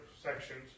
sections